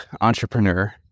entrepreneur